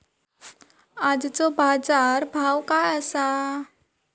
आजचो बाजार भाव काय आसा?